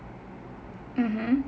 mm